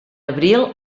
abril